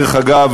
דרך אגב,